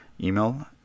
email